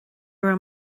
raibh